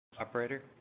Operator